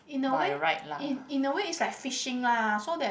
in a way in in a way it's like fishing lah so that